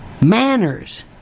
manners